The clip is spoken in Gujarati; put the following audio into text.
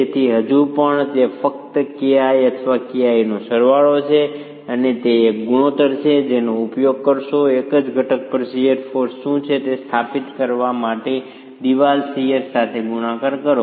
તેથી હજુ પણ તે ફક્ત Ki અથવા Ki નો સરવાળો છે અને તે એક ગુણોત્તર છે જેનો તમે ઉપયોગ કરશો એક જ ઘટક પર જ શીયર ફોર્સ શું છે તે સ્થાપિત કરવા માટે દિવાલ શીયર સાથે ગુણાકાર કરો